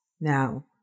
Now